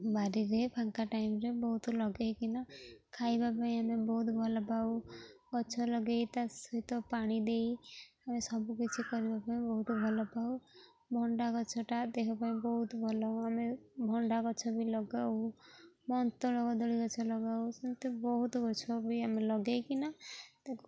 ବାରିରେ ଫାଙ୍କା ଟାଇମରେ ବହୁତ ଲଗେଇକିନା ଖାଇବା ପାଇଁ ଆମେ ବହୁତ ଭଲ ପାଉ ଗଛ ଲଗେଇ ତା ସହିତ ପାଣି ଦେଇ ଆମେ ସବୁକିଛି କରିବା ପାଇଁ ବହୁତ ଭଲ ପାଉ ଭଣ୍ଡା ଗଛଟା ଦେହ ପାଇଁ ବହୁତ ଭଲ ଆମେ ଭଣ୍ଡା ଗଛ ବି ଲଗାଉ ମନ୍ତଳ କଦଳୀ ଗଛ ଲଗାଉ ସେମିତି ବହୁତ ଗଛ ବି ଆମେ ଲଗେଇକିନା ତାକୁ